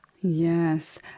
Yes